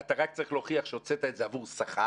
אתה רק צריך להוכיח שהוצאת את זה עבור שכר,